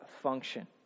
function